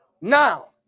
Now